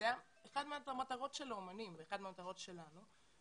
זאת אחת מטרות של האמנים וזו אחת המטרות שלנו.